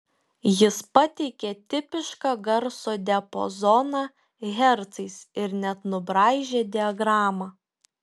jis pateikė tipišką garso diapazoną hercais ir net nubraižė diagramą